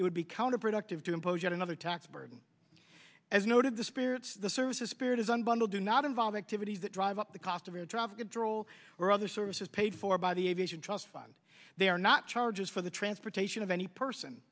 it would be counterproductive to impose yet another tax burden as noted the spirits the services spirit is unbundle do not involve activities that drive up the cost of air traffic control or other services paid for by the aviation trust fund they are not charges for the transportation of any person